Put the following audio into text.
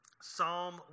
psalm